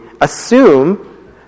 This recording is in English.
assume